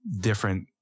different